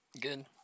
good